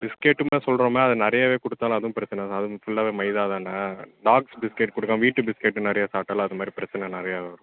பிஸ்கட்டும் தான் சொல்கிறோமே அது நிறையாவே கொடுத்தாலும் அதுவும் பிரச்சனை தான் அதும் ஃபுல்லாகவே மைதா தானே டாக்ஸ் பிஸ்கட் கொடுக்காம வீட்டு பிஸ்கட்டு நிறைய சாப்பிட்டாலும் அது மாதிரி பிரச்சனை நிறையா வரும்